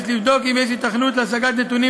יש לבדוק אם יש היתכנות להשיג נתונים